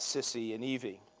sissy and evy.